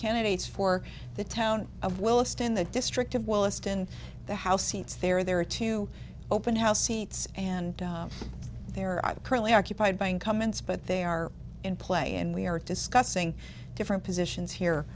candidates for the town of williston the district of well astin the house seats there there are two open house seats and there are currently occupied by incumbents but they are in play and we are discussing different positions here